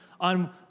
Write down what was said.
on